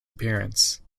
appearance